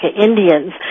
Indians